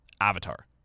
Avatar